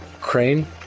Crane